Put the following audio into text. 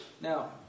Now